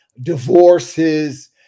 divorces